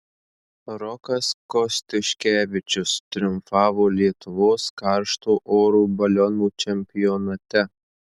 rokas kostiuškevičius triumfavo lietuvos karšto oro balionų čempionate